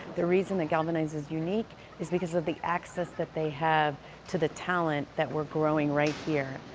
the reason that galvanize is unique is because of the access that they have to the talent that we're growing right here.